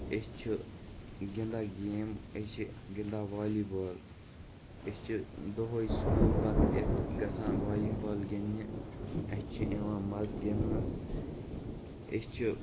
أسۍ چھِ گِنٛدان گیم أسۍ چھِ گِنٛدان والی بال أسۍ چھِ دۄہٕے سکوٗل پَتہٕ اِتھ گژھان والی بال گِنٛدنہِ اَسہِ چھُ یِوان مَزٕ گِنٛدنَس أسۍ چھِ